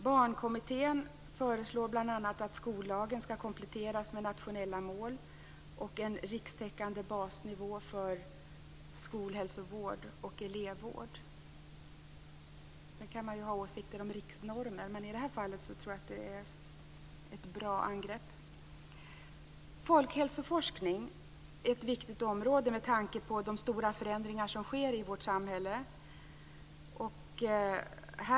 Barnkommittén föreslår bl.a. att skollagen skall kompletteras med nationella mål och en rikstäckande basnivå för skolhälsovård och elevvård. Det går att ha åsikter om riksnormen, men i det här fallet tror jag att det är ett bra angreppssätt. Folkhälsoforskning är ett viktigt område med tanke på de stora förändringar som sker i vårt samhälle.